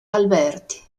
alberti